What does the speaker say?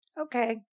Okay